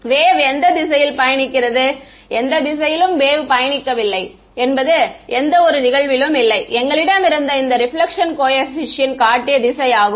wave எந்த திசையில் பயணிக்கிறது எந்த திசையிலும் வேவ் பயணிக்கவில்லை என்பது எந்தவொரு நிகழ்விலும் இல்லை எங்களிடம் இருந்த இந்த ரெபிளெக்க்ஷன் கோபிஸியன்ட் காட்டிய திசை ஆகும்